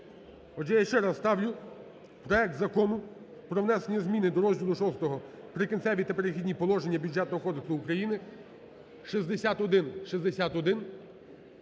Отже, я ще раз ставлю проект Закону про внесення зміни до розділу VI "Прикінцеві та перехідні положення" Бюджетного кодексу України (6161),